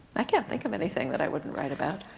i can't think of anything that i wouldn't write about.